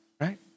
right